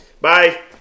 Bye